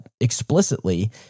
explicitly